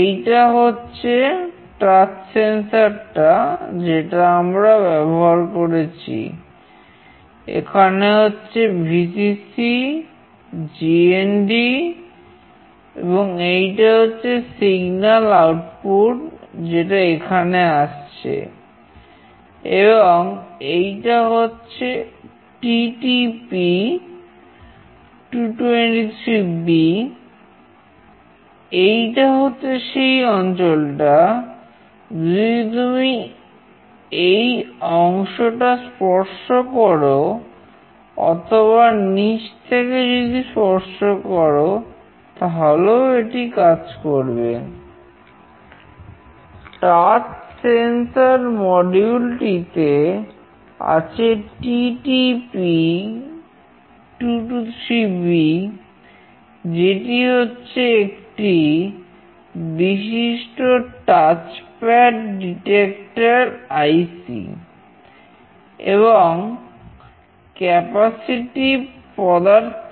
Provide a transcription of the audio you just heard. এইটা হচ্ছে touch sensor